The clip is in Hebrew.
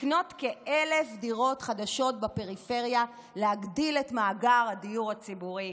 לקנות כ-1,000 דירות חדשות בפריפריה להגדיל את מאגר הדיור הציבורי,